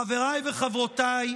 חבריי וחברותיי,